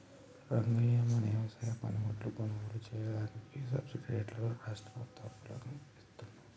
రంగయ్య మన వ్యవసాయ పనిముట్లు కొనుగోలు సెయ్యదానికి సబ్బిడి రేట్లతో రాష్ట్రా ప్రభుత్వం అప్పులను ఇత్తుంది